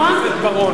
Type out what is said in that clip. חבר הכנסת בר-און.